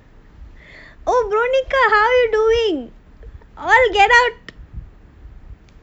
oh veronica how you doing all get out